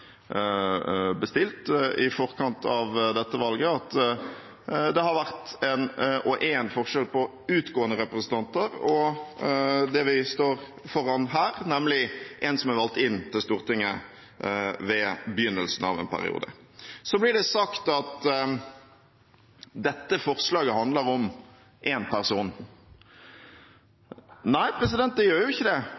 bestilt i forkant av dette valget, at det har vært og er en forskjell på utgående representanter og det vi står foran her, nemlig en som er valgt inn til Stortinget ved begynnelsen av en periode. Det blir sagt at dette forslaget handler om én person.